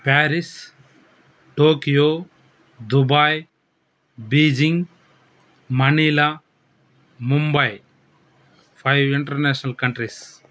Paris Tokyo Dubai Beijing Manila Mumbai five international countries